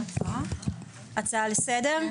הצעה לסדר.